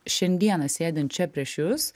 šiandieną sėdint čia prieš jus